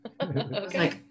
Okay